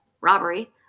robbery